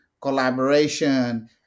collaboration